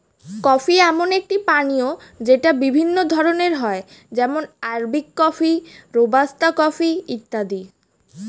coffee এমন একটি পানীয় যেটা বিভিন্ন ধরণের হয় যেমন আরবিক কফি, রোবাস্তা কফি ইত্যাদি